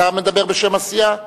אתה מדבר בשם הסיעה?